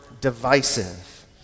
divisive